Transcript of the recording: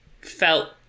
felt